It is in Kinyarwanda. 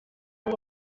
ngo